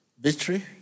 Victory